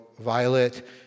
violet